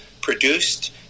produced